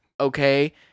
okay